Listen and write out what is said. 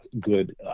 good